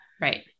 Right